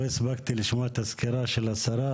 לא הספקתי לשמוע את הסקירה של השרה,